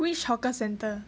which hawker centre